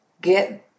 get